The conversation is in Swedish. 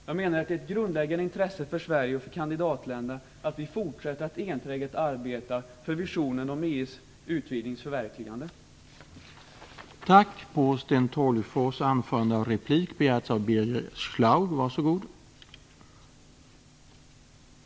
Det är ett grundläggande intresse för Sverige och för kandidatländerna att vi fortsätter att enträget arbeta för visionen om ett förverkligande av